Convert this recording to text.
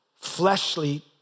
fleshly